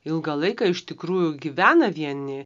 ilgą laiką iš tikrųjų gyvena vieni